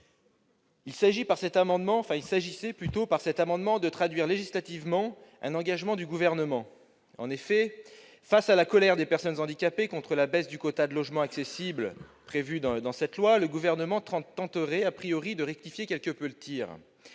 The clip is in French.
de trois étages. Par cet amendement, nous entendions traduire législativement un engagement du Gouvernement. En effet, face à la colère des personnes handicapées contre la baisse du quota de logements accessibles prévue dans ce texte, le Gouvernement tenterait de rectifier quelque peu le tir.